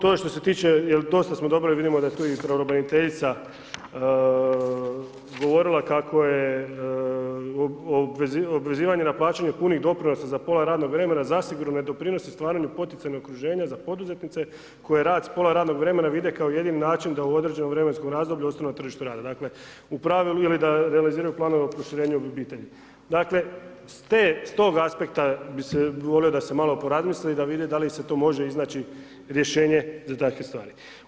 To je što se tiče, jel' dosta smo dobili, vidimo da je tu i pravobraniteljica govorila kako je obvezivanje na plaćanje punih doprinosa za pola radnog vremena zasigurno ne doprinosi stvaranju poticajnog okruženja za poduzetnice koje rad s pola radnog vremena vide kao jedini način da u određenom vremenskom razdoblju ostanu na tržištu rada, dakle u pravilu, ili da realiziraju planove o proširenju obitelji, dakle, s te, s tog aspekta bi se volio da se malo porazmisli i vidi dal' se to može iznaći rješenje za takve stvari.